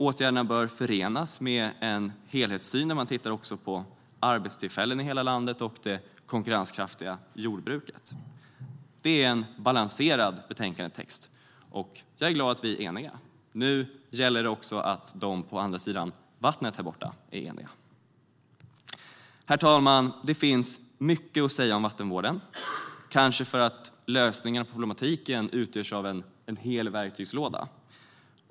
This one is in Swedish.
Åtgärderna bör förenas med en helhetssyn där man också tittar på arbetstillfällen i hela landet och det konkurrenskraftiga jordbruket. Det är en balanserad betänkandetext. Jag är glad att vi är eniga. Nu gäller det också att de på andra sidan vattnet från riksdagshuset är eniga. Herr talman! Det finns mycket att säga om vattenvården. Det är kanske för att lösningarna på problematiken utgörs av en hel verktygslåda.